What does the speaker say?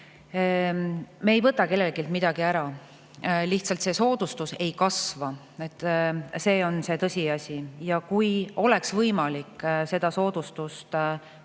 Me ei võta kelleltki midagi ära, lihtsalt see soodustus ei kasva. See on see tõsiasi. Kui oleks võimalik seda soodustust